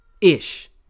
ish